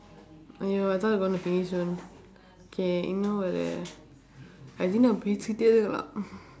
!aiyo! I thought we going to finish soon K இன்னும் ஒரு:innum oru I think இன்னும் பேசிக்கிட்டே இருக்கலாம்:innum peesikkitdee irukkalaam